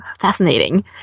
fascinating